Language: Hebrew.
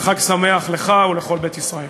וחג שמח לך ולכל בית ישראל.